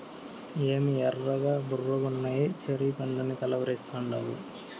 ఏమి ఎర్రగా బుర్రగున్నయ్యి చెర్రీ పండ్లని కలవరిస్తాండావు